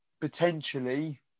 potentially